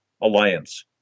alliance